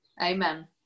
Amen